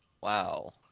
Wow